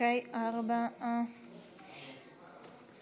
חוק חוזה הביטוח (תיקון מס' 10),